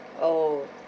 oh